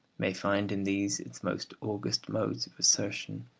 may find in these its most august modes of assertion,